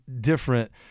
different